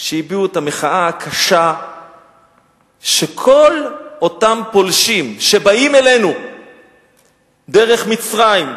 שהביעו את המחאה הקשה על כל אותם פולשים שבאים אלינו דרך מצרים,